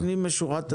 לפנים משורת הדין,